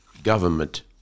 government